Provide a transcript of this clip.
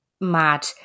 mad